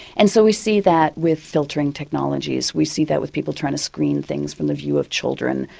and so we see that with filtering technologies, we see that with people trying to screen things from the view of children,